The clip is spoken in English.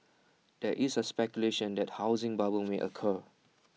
there is A speculation that A housing bubble may occur